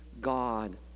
God